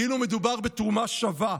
כאילו מדובר בתרומה שווה?